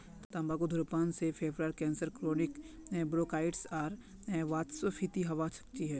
तंबाकू धूम्रपान से फेफड़ार कैंसर क्रोनिक ब्रोंकाइटिस आर वातस्फीति हवा सकती छे